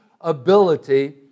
ability